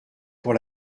pour